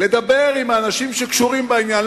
לדבר עם האנשים שקשורים לעניין,